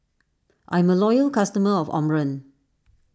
I'm a loyal customer of Omron